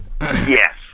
Yes